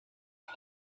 and